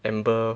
Amber